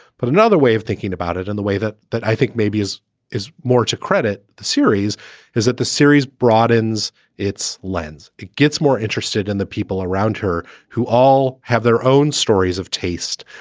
but another way of thinking about it in the way that that i think maybe is is more to credit. the series is that the series broadens its lens. it gets more interested in the people around her who all have their own stories of taste,